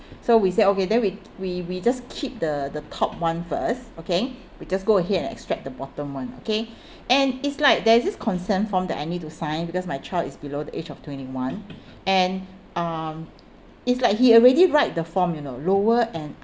so we say okay then we we we just keep the the top one first okay we just go ahead and extract the bottom one okay and it's like there's this consent form that I need to sign because my child is below the age of twenty one and um it's like he already write the form you know lower and